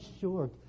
sure